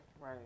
Right